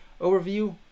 Overview